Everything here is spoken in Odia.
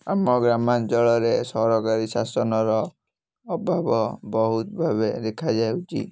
ଆମ ଗ୍ରାମଞ୍ଚଳରେ ସରକାରୀ ଶାସନର ଅଭାବ ବହୁତ ଭାବେ ଦେଖାଯାଉଛି